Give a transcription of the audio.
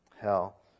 hell